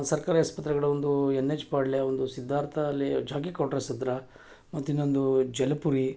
ಸರ್ಕಾರಿ ಆಸ್ಪತ್ರೆಗಳೊಂದು N H Palya ಒಂದು ಸಿದ್ಧಾರ್ಥ ಅಲ್ಲಿ ಜಗ್ಗೆ ಕಾಟ್ರಸ್ ಹತ್ರ ಮತ್ತು ಇನ್ನೊಂದು ಜಲಪುರಿ